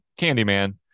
Candyman